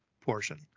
portion